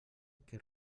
que